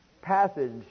passage